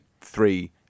three